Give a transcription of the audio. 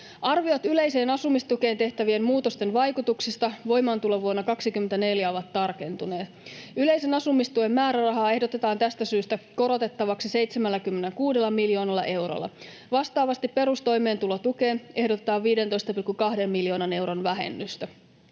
Arviot yleiseen asumistukeen tehtävien muutosten vaikutuksista voimaantulovuonna 24 ovat tarkentuneet. Yleisen asumistuen määrärahaa ehdotetaan tästä syystä korotettavaksi 76 miljoonalla eurolla. Vastaavasti perustoimeentulotukeen ehdotetaan 15,2 miljoonan euron vähennystä.